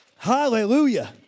Hallelujah